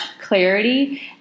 clarity